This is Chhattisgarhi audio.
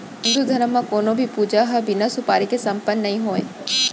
हिन्दू धरम म कोनों भी पूजा ह बिना सुपारी के सम्पन्न नइ होवय